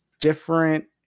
different